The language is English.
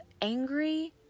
angry